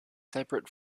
separate